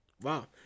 Wow